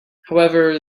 however